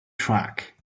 track